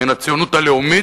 מן הציונות הלאומית,